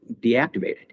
deactivated